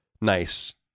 nice